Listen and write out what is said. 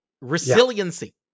Resiliency